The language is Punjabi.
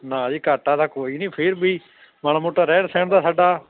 ਨਾ ਜੀ ਘਾਟਾ ਤਾਂ ਕੋਈ ਨਹੀਂ ਫਿਰ ਵੀ ਮਾੜਾ ਮੋਟਾ ਰਹਿਣ ਸਹਿਣ ਦਾ ਸਾਡਾ